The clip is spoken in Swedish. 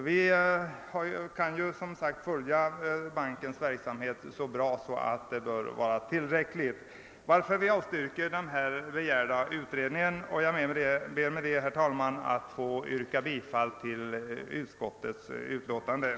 Vi kan följa bankens verksamhet så noga, att detta kan vara tillräckligt, varför vi avstyrker den begärda utredningen. Jag ber att få yrka bifall till utskottets hemställan.